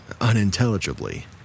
unintelligibly